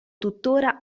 tuttora